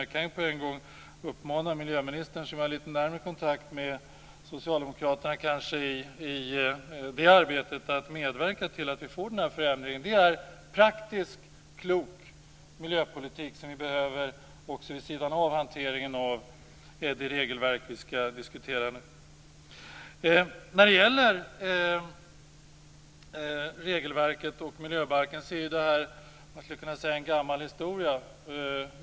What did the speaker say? Jag kan ju på en gång uppmana miljöministern, som kanske har litet närmare kontakt med socialdemokraterna i det arbetet, att medverka till att vi får denna förändring. Det är praktisk och klok miljöpolitik som vi behöver också vid sidan av hanteringen av det regelverk som vi skall diskutera. När det gäller regelverket och miljöbalken kan man säga att det är en gammal historia.